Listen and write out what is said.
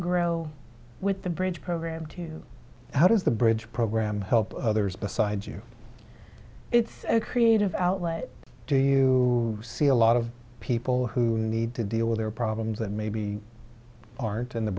grow with the bridge program to how does the bridge program help others besides you it's a creative outlet do you see a lot of people who need to deal with their problems that maybe aren't in the